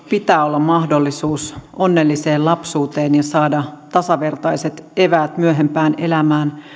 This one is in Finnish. pitää olla mahdollisuus onnelliseen lapsuuteen ja saada tasavertaiset eväät myöhempään elämään